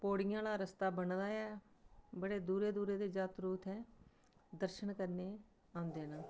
पौड़ियां आह्ला रस्ता बने दा ऐ बड़े दूरै दूरै दे जात्तरू इत्थै दर्शन करने गी औंदे न